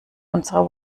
unserer